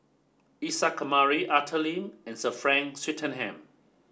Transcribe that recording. Isa Kamari Arthur Lim and Sir Frank Swettenham